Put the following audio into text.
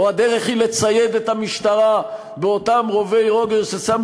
או שהדרך היא לצייד את המשטרה באותם רובי "רוגר" ששמו